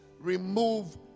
remove